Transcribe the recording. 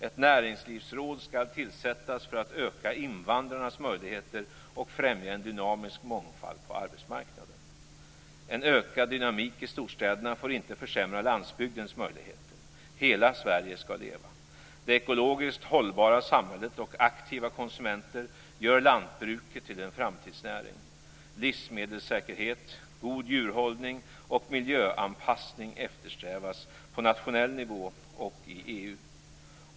Ett näringslivsråd skall tillsättas för att öka invandrarnas möjligheter och främja en dynamisk mångfald på arbetsmarknaden. En ökad dynamik i storstäderna får inte försämra landsbygdens möjligheter. Hela Sverige skall leva. Det ekologiskt hållbara samhället och aktiva konsumenter gör lantbruket till en framtidsnäring. Livsmedelssäkerhet, god djurhållning och miljöanpassning eftersträvas - på nationell nivå och i EU.